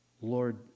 Lord